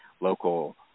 local